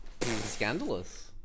Scandalous